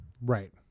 Right